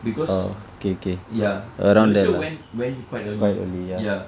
because ya Malaysia went went quite early ya